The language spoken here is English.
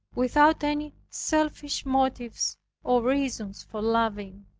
without any selfish motives or reasons for loving.